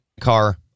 car